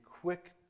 quick